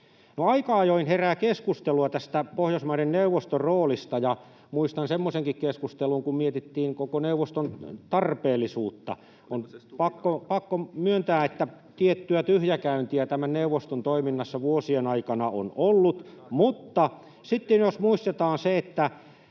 Aika ajoin herää keskustelua tästä Pohjoismaiden neuvoston roolista, ja muistan semmoisenkin keskustelun, kun mietittiin koko neuvoston tarpeellisuutta. On pakko myöntää, että tiettyä tyhjäkäyntiä tämän neuvoston toiminnassa vuosien aikana on ollut, mutta sitten jos muistetaan se, mikä